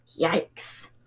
Yikes